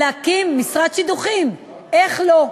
להקים משרד שידוכים, איך לא?